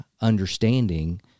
understanding